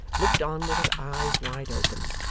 looked on with her eyes wide open,